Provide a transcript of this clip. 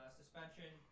suspension